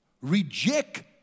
Reject